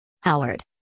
Howard